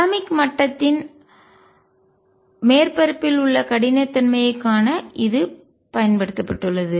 atomic அணு மட்டத்தின் மேற்பரப்பில் உள்ள கடினத்தன்மையைக் காண இது பயன்படுத்தப்பட்டுள்ளது